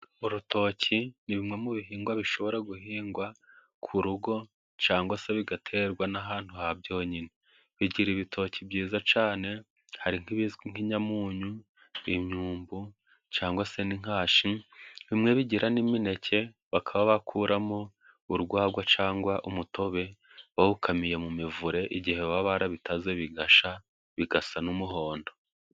Urutoki ni bimwe mu bihingwa bishobora guhingwa ku rugo cyangwa se bigaterwa n'ahantu habyonyine ,bigira ibitoki byiza cyane hari nk'ibizwi nk'inyamunyu ,intuntu cg se inkashi bimwe bigira n'imineke, bakaba bakuramo urwagwa cyangwa umutobe bawukamiye mu mivure igihe baba barabitaze bigashya bigasa n'umuhondo.